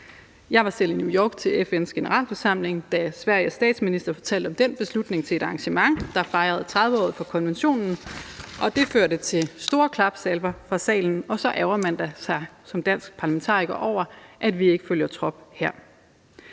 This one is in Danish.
Jeg var selv i New York til FN's Generalforsamling, da Sveriges statsminister fortalte om den beslutning til et arrangement, der fejrede 30-året for konventionen, og det førte til store klapsalver fra salen. Og så ærgrer man sig da som dansk parlamentariker over, at vi ikke følger trop her.